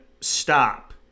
stop